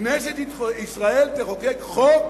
כנסת ישראל תחוקק חוק